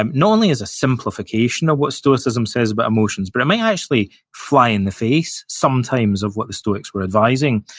and not only is a simplification of what stoicism says about emotions, but it may actually fly in the face, sometimes, of what the stoics were advising